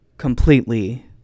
completely